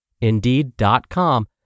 Indeed.com